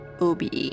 OBE